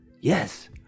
Yes